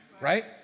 right